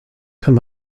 kann